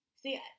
see